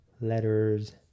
letters